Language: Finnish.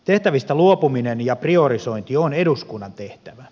tehtävistä luopuminen ja priorisointi on eduskunnan tehtävä